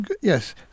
Yes